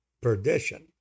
perdition